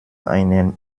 einen